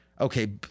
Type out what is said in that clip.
Okay